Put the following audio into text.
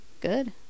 good